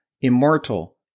Immortal